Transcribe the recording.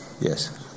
Yes